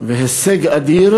והישג אדיר,